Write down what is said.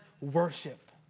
worship